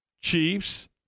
chiefs